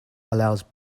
allows